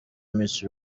miss